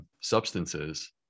substances